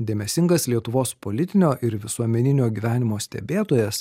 dėmesingas lietuvos politinio ir visuomeninio gyvenimo stebėtojas